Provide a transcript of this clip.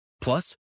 Plus